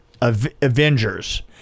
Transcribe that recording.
Avengers